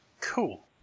Cool